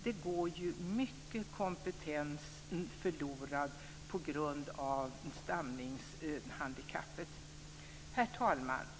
Det går ju mycket kompetens förlorad på grund av stamningshandikappet. Herr talman!